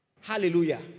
Hallelujah